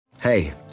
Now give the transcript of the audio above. Hey